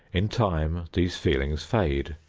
in time these feelings fade,